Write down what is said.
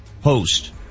host